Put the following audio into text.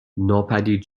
ناپدید